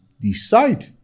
decide